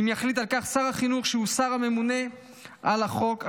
אם יחליט על כך שר החינוך שהוא השר הממונה על החוק המוצע.